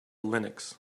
linux